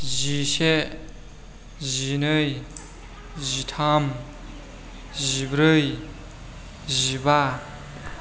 जिसे जिनै जिथाम जिब्रै जिबा